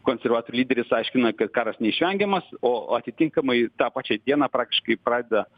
konservatorių lyderis aiškina kad karas neišvengiamas o atitinkamai tą pačią dieną praktiškai pradeda